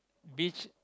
beach